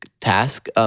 task